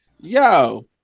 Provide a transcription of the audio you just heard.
yo